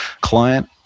client